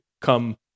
come